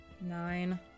Nine